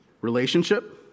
Relationship